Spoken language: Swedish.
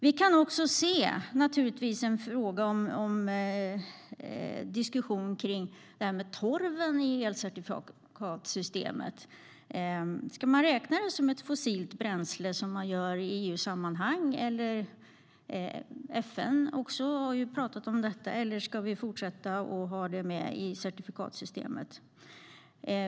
Det sker också en diskussion om torvens plats i elcertifikatssystemet. Ska man räkna torven som ett fossilt bränsle, som man gör i EU-sammanhang - FN har också pratat om detta - eller ska vi fortsätta att ha det i certifikatsystemet?